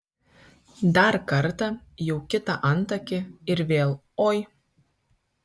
dar kartą jau kitą antakį ir vėl oi